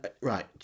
right